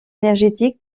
énergétique